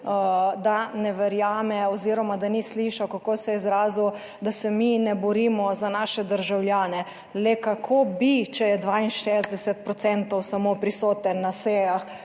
da ne verjame oziroma, da ni slišal kako se je izrazil, da se mi ne borimo za naše državljane. Le kako bi, če je 62 % samo prisoten na sejah,